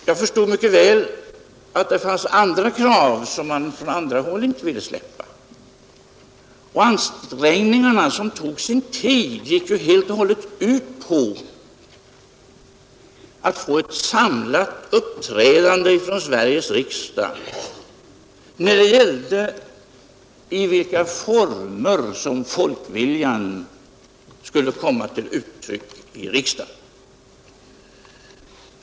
Jag förstod mycket väl att det fanns andra krav som man från andra håll inte ville släppa, och ansträngningarna som tog sin tid gick ju helt och hållet ut på att få ett samlat uppträdande från Sveriges riksdag när det gällde i vilka former folkviljan skulle komma till uttryck i riksdagen.